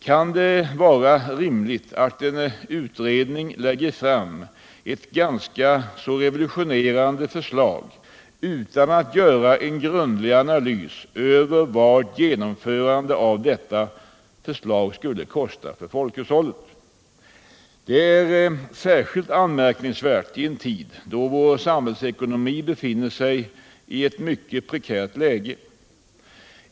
Kan det vara rimligt att en utredning lägger fram ett ganska revolutionerande förslag utan att göra en grundlig analys av vad ett genomförande av detta förslag skulle kosta folkhushållet? Det är särskilt anmärkningsvärt i en tid då vår samhällsekonomi befinner sig i ett mycket prekärt läge.